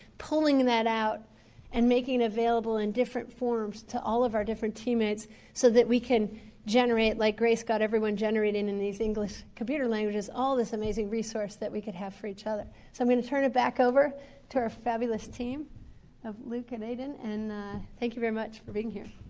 pulling that out and making available in different forms to all of our different teammates so that we can generate like grace got everyone generating in in these english computer languages all of this amazing resource that we could have for each other. so i'm going to turn it back over to our fabulous team of luke and aden and thank you very much for being here.